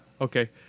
Okay